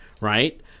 Right